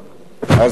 אז אני אומר,